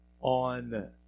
on